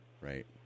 Right